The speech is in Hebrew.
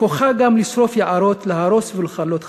כוחה גם לשרוף יערות, להרוס ולכלות חיים.